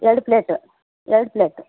ಎರಡು ಪ್ಲೇಟ್ ಎರಡು ಪ್ಲೇಟು